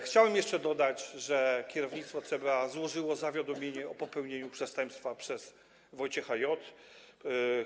Chciałbym jeszcze dodać, że kierownictwo CBA złożyło zawiadomienie o popełnieniu przestępstwa przez Wojciecha J.